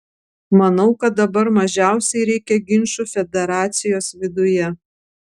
manau kad dabar mažiausiai reikia ginčų federacijos viduje